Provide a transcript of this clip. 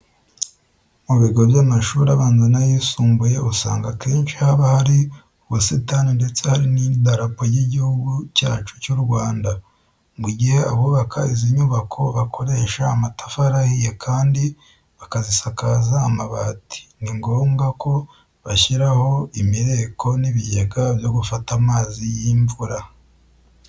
Mu bigo by'amashuri abanza n'ayisumbuye usanga akenshi haba hari ubusitani ndetse hari n'Idarapo ry'Igihugu cyacu cy'u Rwanda. Mu gihe abubaka izi nyubako bakoresha amatafari ahiye kandi bakazisakaza amabati, ni ngombwa ko bashyiraho imireko n'ibigega byo gufata amazi y'imvura.